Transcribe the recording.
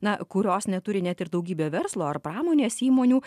na kurios neturi net ir daugybė verslo ar pramonės įmonių